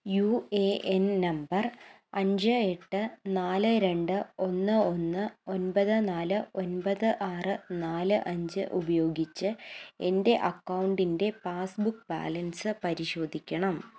U A N number അഞ്ചു എട്ട് നാല് രണ്ട് ഒന്ന് ഒന്ന് ഒൻപത് നാല് ഒൻപത് ആറ് നാല് അഞ്ചു ഉപയോഗിച്ച് എൻ്റെ അക്കൗണ്ടിൻ്റെ പാസ്ബുക്ക് ബാലൻസ് പരിശോധിക്കണം